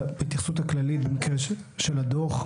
בהתייחסות הכללית במקרה של הדוח,